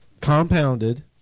compounded